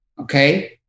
Okay